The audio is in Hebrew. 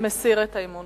מסיר את הערעור.